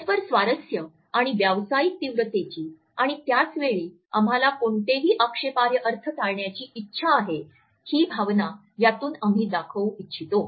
परस्पर स्वारस्य आणि व्यावसायिक तीव्रतेची आणि त्याच वेळी आम्हाला कोणतेही आक्षेपार्ह अर्थ टाळण्याची इच्छा आहे ही भावना यातून आम्ही दाखवू इच्छितो